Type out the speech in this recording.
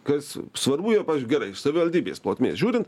kas svarbu yra pavyzdžiui gerai iš savivaldybės plotmės žiūrint